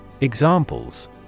Examples